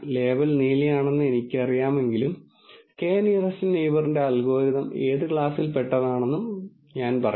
label നീലയാണെന്ന് എനിക്കറിയാമെങ്കിലും k nearest നെയിബറിന്റെ അൽഗോരിതം ഏത് ക്ലാസിൽ പെട്ടതാണെന്ന് പറയും